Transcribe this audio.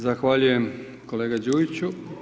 Zahvaljujem kolega Đujiću.